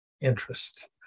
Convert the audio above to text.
interest